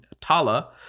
Tala